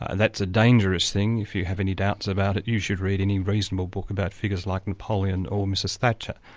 and that's a dangerous thing if you have any doubts about it, you should read any reasonable book about figures like napoleon or mrs thatcher.